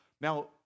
Now